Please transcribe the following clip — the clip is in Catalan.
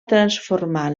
transformar